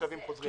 לתושבים חוזרים.